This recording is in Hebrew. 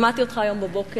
שמעתי אותך היום בבוקר